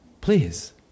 Please